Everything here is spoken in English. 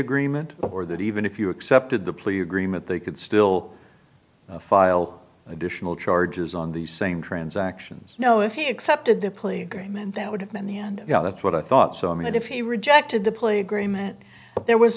agreement or that even if you accepted the plea agreement they could still file additional charges on the same transactions no if he accepted the plea agreement that would have been the end yeah that's what i thought so i mean it if he rejected the plea agreement but there was